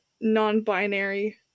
non-binary